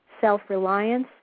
self-reliance